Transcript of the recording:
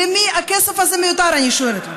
למי הכסף הזה מיותר, אני שואלת אתכם?